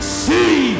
see